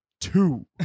two